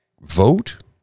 Vote